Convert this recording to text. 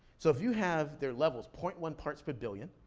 so if you have their levels, point one parts per billion.